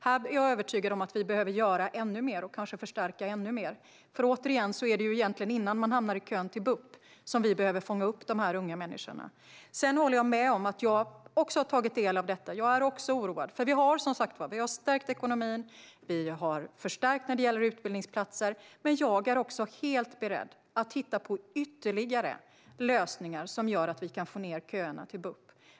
Jag är övertygad om att vi behöver göra ännu mer och kanske förstärka ännu mer. Återigen, det är egentligen innan de här unga människorna hamnar i kön till BUP som vi behöver fånga upp dem. Jag har också tagit del av detta och är oroad. Vi har som sagt stärkt ekonomin och förstärkt när det gäller utbildningsplatser. Men jag är även helt beredd att titta på ytterligare lösningar för att korta köerna till BUP.